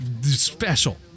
Special